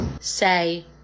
Say